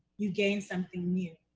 you gain something new.